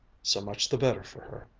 so much the better for her.